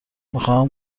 میخواهم